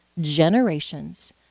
generations